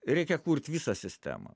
reikia kurt visą sistemą